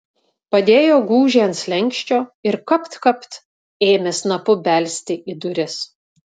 padėjo gūžį ant slenksčio ir kapt kapt ėmė snapu belsti į duris